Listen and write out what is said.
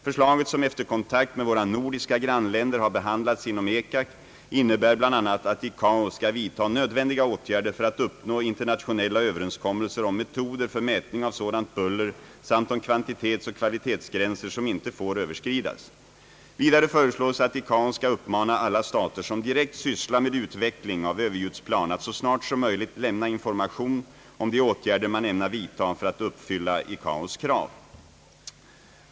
Förslaget, som efter kontakt med våra nordiska grannländer har behandlats inom ECAC, innebär bl.a. att ICAO skall vidta nödvändiga åtgärder för att uppnå internationella överenskommelser om metoder för mätning av sådant buller samt om kvantitetsoch kvalitetsgränser som inte får överskridas. Vidare föreslås att ICAO skall uppmana alla stater som direkt sysslar med utveckling av överljudsplan att så snart som möjligt lämna information om de åtgärder man ämnar vidta för att uppfylla ICAO:s krav.